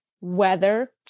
weather